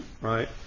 right